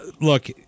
look